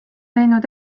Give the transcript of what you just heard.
teinud